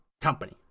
company